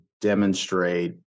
demonstrate